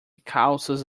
calças